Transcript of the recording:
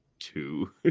two